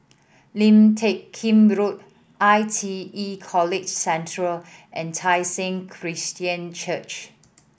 Lim Teck Kim Road I T E College Central and Tai Seng Christian Church